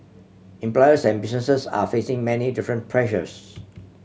employers and businesses are facing many different pressures